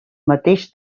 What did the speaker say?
mateix